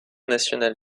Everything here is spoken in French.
nationale